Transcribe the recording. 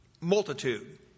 multitude